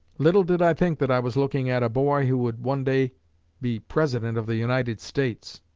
little did i think that i was looking at a boy who would one day be president of the united states!